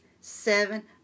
seven